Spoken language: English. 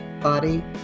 body